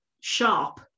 sharp